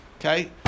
Okay